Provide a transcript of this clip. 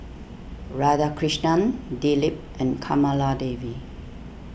Radhakrishnan Dilip and Kamaladevi